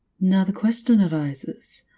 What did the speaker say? now the question arises.